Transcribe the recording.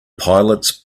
pilots